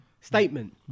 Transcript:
Statement